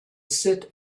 sit